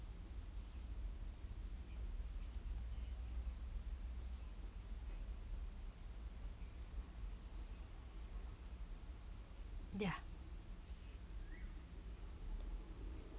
ya